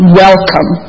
welcome